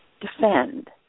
defend